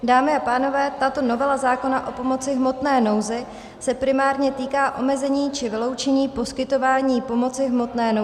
Dámy a pánové, tato novela zákona o pomoci v hmotné nouzi se primárně týká omezení či vyloučení poskytování pomoci v hmotné nouzi.